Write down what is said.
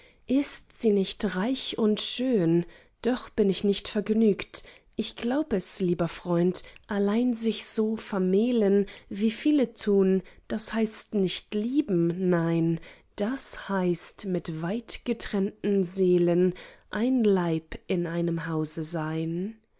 ist sie nicht reich und schön doch bin ich nicht vergnügt ich glaub es lieber freund allein sich so vermählen wie viele tun das heißt nicht lieben nein das heißt mit weit getrennten seelen ein leib in einem hause sein